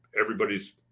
everybody's